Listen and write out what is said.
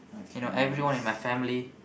you know everyone in my family